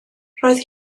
roedd